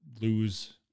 lose